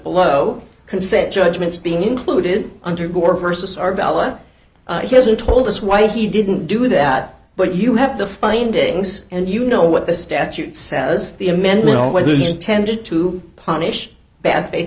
below consent judgments being included under gore versus arbella he hasn't told us why he didn't do that but you have the findings and you know what the statute says the amendment was intended to punish bad fa